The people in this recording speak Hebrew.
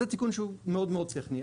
זה תיקון שהוא מאוד מאוד טכני.